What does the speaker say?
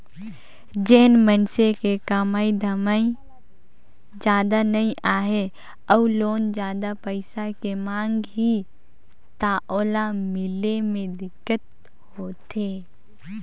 जेन मइनसे के कमाई धमाई जादा नइ हे अउ लोन जादा पइसा के मांग ही त ओला मिले मे दिक्कत होथे